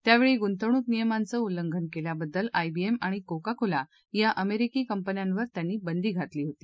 त्यावेळी गुंतवणूक नियमांचं उल्लंघन केल्याबद्दल आयबीएम आणि कोका कोला या अमेरिकी कंपन्यांवर त्यांनी बंदी घातली होती